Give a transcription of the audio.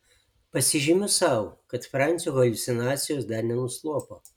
pasižymiu sau kad francio haliucinacijos dar nenuslopo